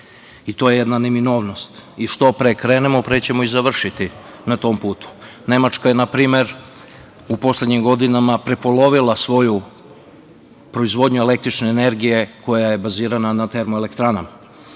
I to je jedna neminovnost. Što pre krenemo, pre ćemo i završiti na tom putu. Nemačka je, na primer, u poslednjim godinama prepolovila svoju proizvodnju električne energije koja je bazirana na termoelektranama.